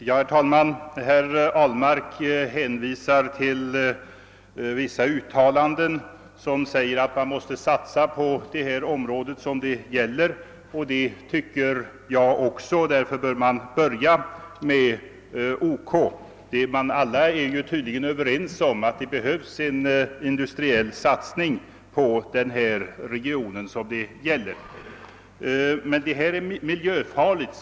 Herr talman! Herr Ahlmark hänvisar till vissa uttalanden som säger att man måste satsa på de områden det gäller. Det tycker jag också, och därför bör man börja med OK. Alla är tydligen överens om att det behövs en industriell satsning på den region det gäller. Men, säger man, det är miljöfarligt!